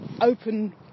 open